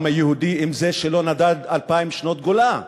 מיהו העם היהודי, אם לא זה שנדד אלפיים שנות גלות?